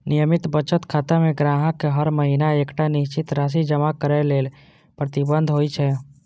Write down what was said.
नियमित बचत खाता मे ग्राहक हर महीना एकटा निश्चित राशि जमा करै लेल प्रतिबद्ध होइ छै